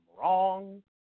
wrong